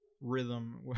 rhythm